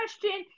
question